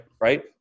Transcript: Right